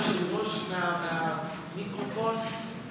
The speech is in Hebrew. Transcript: היושב-ראש, מהמיקרופון?